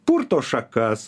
purto šakas